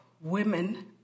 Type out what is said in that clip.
women